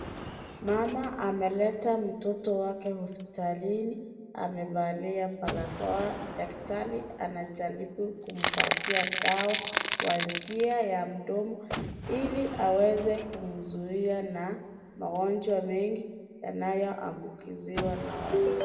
Mama ameleta mtoto wake hospitalini amevalia barakoa. Daktari anajaribu kumpatia dawa kwa njia ya mdomo. Ili aweze kumzuia na magonjwa mengi yanayoambukiziwa na watu.